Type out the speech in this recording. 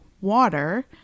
water